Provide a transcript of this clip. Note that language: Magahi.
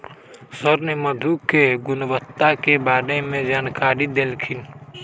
सर ने मधु के गुणवत्ता के बारे में जानकारी देल खिन